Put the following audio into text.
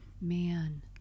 Man